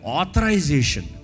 authorization